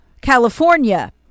California